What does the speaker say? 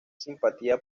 simpatía